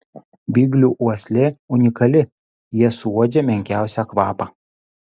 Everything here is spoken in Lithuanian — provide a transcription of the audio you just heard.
biglių uoslė unikali jie suuodžia menkiausią kvapą